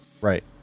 right